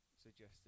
suggested